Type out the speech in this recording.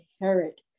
inherit